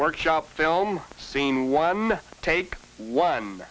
workshop film scene one take one